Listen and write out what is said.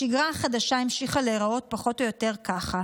השגרה החדשה המשיכה להיראות פחות או יותר ככה: